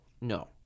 No